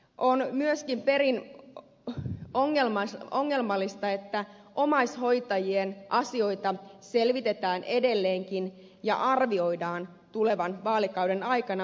on myöskin perin ongelmallista että omaishoitajien asioita selvitetään edelleenkin ja arvioidaan tulevan vaalikauden aikana